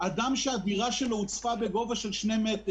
מאוד אהבתי את הכיוון של הממונה על שוק ההון,